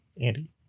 Andy